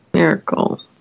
Miracle